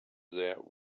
that